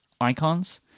icons